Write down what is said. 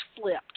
flipped